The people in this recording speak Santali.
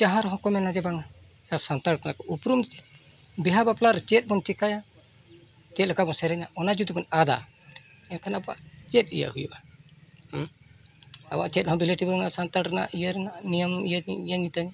ᱡᱟᱦᱟᱸ ᱨᱮᱦᱚᱸᱠᱚ ᱢᱮᱱᱟ ᱵᱟᱝ ᱥᱟᱱᱛᱟᱲ ᱠᱟᱱᱟᱠᱚ ᱩᱯᱨᱩᱢ ᱵᱤᱦᱟᱹ ᱵᱟᱯᱞᱟᱨᱮ ᱪᱮᱫᱵᱚᱱ ᱪᱤᱠᱟᱹᱭᱟ ᱪᱮᱫ ᱞᱮᱠᱟᱵᱚᱱ ᱥᱮᱨᱮᱧᱟ ᱚᱱᱟ ᱡᱩᱫᱤᱵᱚᱱ ᱟᱫᱟ ᱮᱱᱠᱷᱟᱱ ᱟᱵᱚᱣᱟᱜ ᱪᱮᱫ ᱤᱭᱟᱹ ᱦᱩᱭᱩᱜᱼᱟ ᱟᱵᱚᱣᱟᱜ ᱪᱮᱫᱦᱚᱸ ᱵᱷᱮᱞᱤᱰᱤᱴᱤ ᱵᱟᱱᱟᱩᱜᱼᱟ ᱥᱟᱱᱛᱟᱲ ᱨᱮᱱᱟᱜ ᱤᱭᱟᱹᱨᱮᱱᱟᱜ ᱱᱤᱭᱚᱢ ᱤᱭᱟᱹ ᱤᱭᱟᱹᱝᱛᱮ